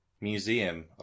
museum